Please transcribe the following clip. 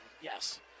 yes